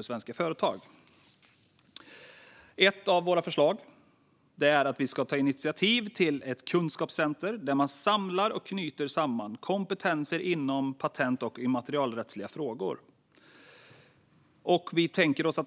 svenska företag. Ett av Sverigedemokraternas förlag är att vi ska ta initiativ till ett kunskapscentrum där man samlar och knyter samman kompetenser inom patentfrågor och immaterialrättsliga frågor.